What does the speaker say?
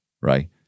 right